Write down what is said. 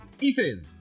Ethan